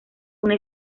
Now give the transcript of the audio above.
una